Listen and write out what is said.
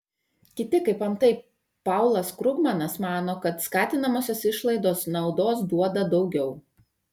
kiti kaip antai paulas krugmanas mano kad skatinamosios išlaidos naudos duoda daugiau